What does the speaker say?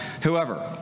whoever